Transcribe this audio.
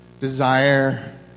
desire